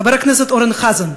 חבר הכנסת אורן חזן,